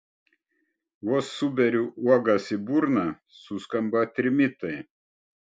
vos suberiu uogas į burną suskamba trimitai